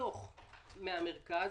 לחסוך מן המרכז,